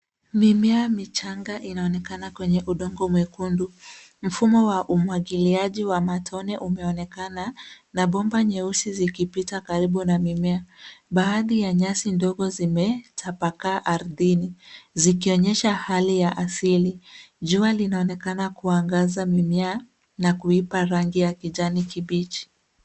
Mimea michanga inaonekana kwenye udongo mwekundu mfumo wa umwagiliaji wa matone umeonekana na bomba nyeusi zikipita karibu na mimea. Baadhi ya nyasi ndogo zimetapakaa ardhini zikionyesha hali ya asili jua linaonekana kuangaza mimea na kuipa rangi ya kijani kibichi.